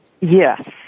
Yes